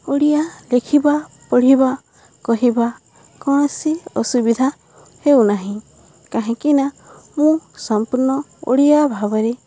ଓଡ଼ିଆ ଲେଖିବା ପଢ଼ିବା କହିବା କୌଣସି ଅସୁବିଧା ହେଉନାହିଁ କାହିଁକିନା ମୁଁ ସମ୍ପୂର୍ଣ୍ଣ ଓଡ଼ିଆ ଭାବରେ